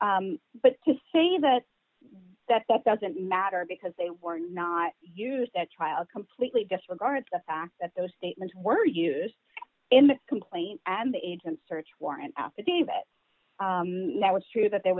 but to say that that that doesn't matter because they were not used that trial completely disregards the fact that those statements were used in the complaint and the agents search warrant affidavit that was true that there